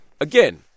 Again